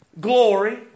glory